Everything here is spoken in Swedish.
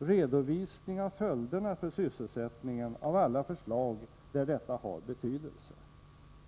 En redovisning av följderna för sysselsättningen av alla förslag där dessa har betydelse